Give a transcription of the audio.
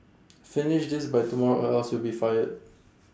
finish this by tomorrow or else you'll be fired